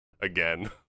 again